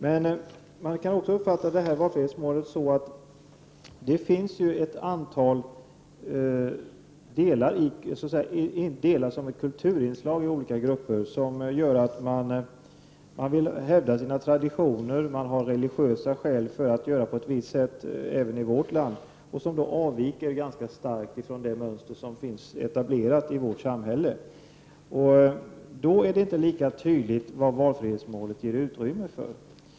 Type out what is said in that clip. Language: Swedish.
Men det finns ett antal kulturella anslag i olika grupper som gör att man vill hävda sin tradition, man har vissa religiösa skäl för att göra på ett visst sätt även i vårt land, trots att det avviker ganska starkt från de mönster som finns etablerade i vårt samhälle. Då är det inte lika tydligt vad valfrihetsmålet ger utrymme för.